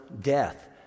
death